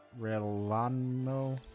relano